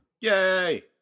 Yay